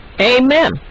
Amen